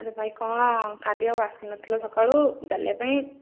ଆରେ ଭାଇ କ'ଣ କାଲି ଆଉ ଆସିନଥିଲ ସକାଳୁ ଚାଲିବା ପାଇଁ